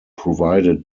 provided